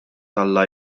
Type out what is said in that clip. tal